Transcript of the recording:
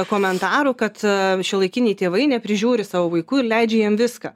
komentarų kad šiuolaikiniai tėvai neprižiūri savo vaikų ir leidžia jiem viską